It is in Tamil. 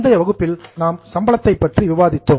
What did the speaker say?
முந்தைய வகுப்பில் நாம் சம்பளத்தை பற்றி விவாதித்தோம்